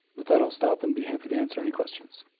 with that, i'll stop and be happy to answer any questions